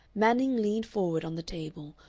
manning leaned forward on the table,